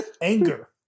Anger